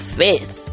faith